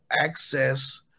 access